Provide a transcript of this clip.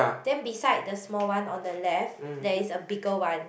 then beside the small one on the left there is a bigger one